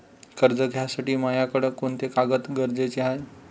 कर्ज घ्यासाठी मायाकडं कोंते कागद गरजेचे हाय?